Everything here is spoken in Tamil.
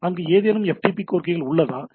அங்கு ஏதேனும் FTP கோரிக்கைகள் உள்ளதா